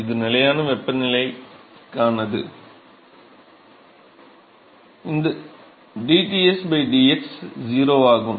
இது நிலையான வெப்பநிலை நிலைக்கானது இங்கு dTs dx 0 ஆகும்